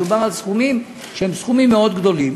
מדובר על סכומים שהם סכומים מאוד גדולים,